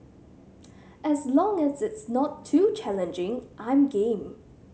as long as it's not too challenging I'm game